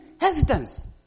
hesitance